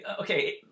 okay